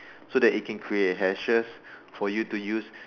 so that it can create hashes for you to use